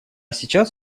сейчас